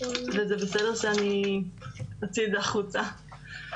וזה בסדר שאני אוציא את זה החוצה,